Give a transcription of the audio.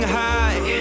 high